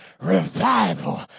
revival